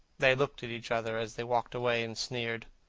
they looked at each other, as they walked away, and sneered.